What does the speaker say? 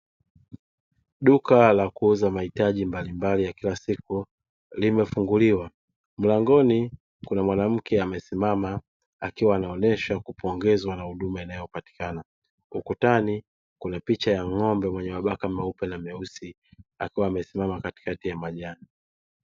Duka la kuuza mahitaji mbalimbali ya kila siku limefunguliwa, mlangoni kuna mwanamke amesimama akiwa anaonesha kupongezwa na huduma inayopatikana. Ukutani kuna picha ya ng’ombe mwenye mabaka meupe na meusi akiwa amesimama katikati ya majani.